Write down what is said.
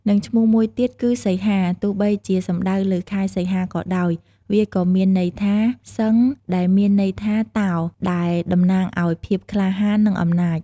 និងឈ្មោះមួយទៀតគឺសីហា ទោះបីជាសំដៅលើខែសីហាក៏ដោយ វាក៏មានន័យថា សិង្ហ ដែលមានន័យថា តោ ដែលតំណាងឲ្យភាពក្លាហាន និងអំណាច។